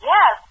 Yes